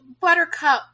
Buttercup